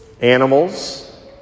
animals